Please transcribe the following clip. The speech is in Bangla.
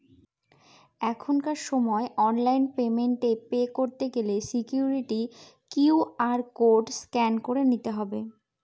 এখনকার সময় অনলাইন পেমেন্ট এ পে করতে গেলে সিকুইরিটি কিউ.আর কোড স্ক্যান করে নিতে হবে